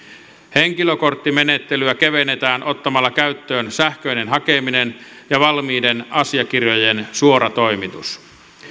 henkilökorttimenettelyä kevennetään ottamalla käyttöön sähköinen hakeminen ja valmiiden asiakirjojen suoratoimitus